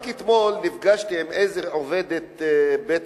רק אתמול נפגשתי עם איזה עובדת בית-מלון,